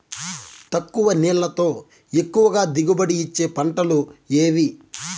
తక్కువ నీళ్లతో ఎక్కువగా దిగుబడి ఇచ్చే పంటలు ఏవి?